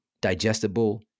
digestible